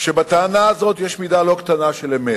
שבטענה הזאת יש מידה לא קטנה של אמת.